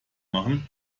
machen